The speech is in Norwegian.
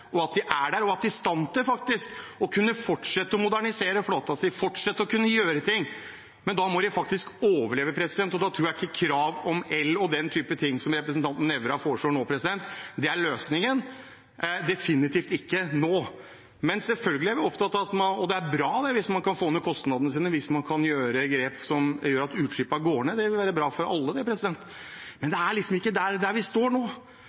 at de er der, og at de faktisk er i stand til å kunne fortsette å modernisere flåten sin, fortsette å kunne gjøre ting. Men da må de faktisk overleve, og da tror jeg ikke krav om el og den typen ting som representanten Nævra foreslår nå, er løsningen definitivt ikke nå. Det er selvfølgelig bra hvis man kan få ned kostnadene og kan ta grep som gjør at utslippene går ned, det vil være bra for alle. Men det er liksom ikke der vi står nå.